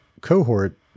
cohort